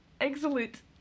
excellent